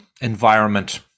environment